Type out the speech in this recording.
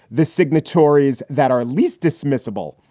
the signatories that are least dismissible.